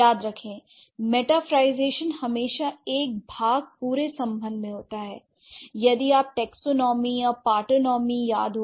याद रखें मेटाफरlईजेशन हमेशा एक भाग पूरे सम्बंध में होता है यदि आपको टैक्सोनॉमी और पार्टोनॉमी हो